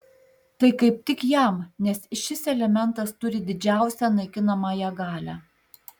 tai kaip tik jam nes šis elementas turi didžiausią naikinamąją galią